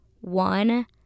One